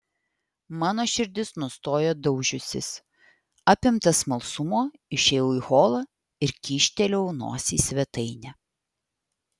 mano širdis nustojo daužiusis apimtas smalsumo išėjau į holą ir kyštelėjau nosį į svetainę